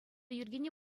йӗркене